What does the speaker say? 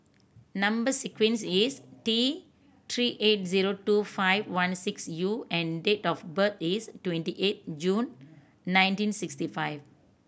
number sequence is T Three eight zero two five one six U and date of birth is twenty eight June nineteen sixty five